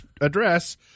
address